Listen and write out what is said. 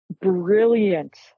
brilliant